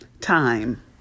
time